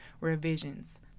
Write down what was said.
revisions